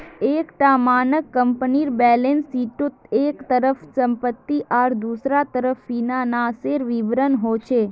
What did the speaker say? एक टा मानक कम्पनीर बैलेंस शीटोत एक तरफ सम्पति आर दुसरा तरफ फिनानासेर विवरण होचे